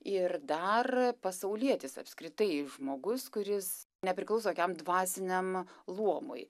ir dar pasaulietis apskritai žmogus kuris nepriklauso jokiam dvasiniam luomui